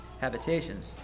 habitations